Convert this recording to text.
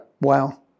Wow